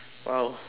orh